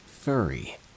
furry